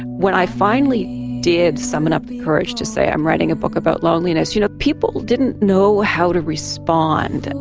when i finally did summon up enough courage to say i am writing a book about loneliness you know people didn't know how to respond. and